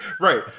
Right